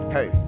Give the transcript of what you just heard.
Hey